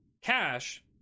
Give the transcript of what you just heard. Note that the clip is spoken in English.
cash